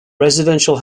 residential